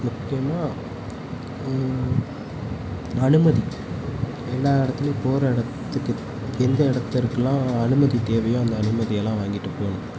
முக்கியமாக அனுமதி எல்லா இடத்துலையும் போகிற இடத்துக்கு எந்த இடத்திருக்குலாம் அனுமதி தேவையோ அந்த அனுமதியெல்லாம் வாங்கிட்டு போகணும்